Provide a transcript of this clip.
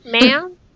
ma'am